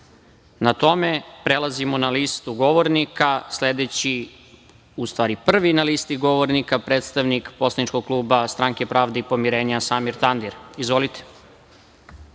na tome. Prelazimo na listu govornika. Prvi na listi govornika je predstavnik poslaničkog kluba Stranke pravde i pomirenja Samir Tandir. Izvolite.